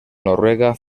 noruega